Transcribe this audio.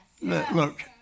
Look